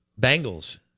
Bengals